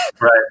right